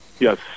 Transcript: Yes